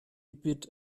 bit